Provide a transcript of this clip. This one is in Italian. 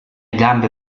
gambe